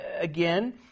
again